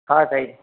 हा साईं